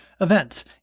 events